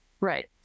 Right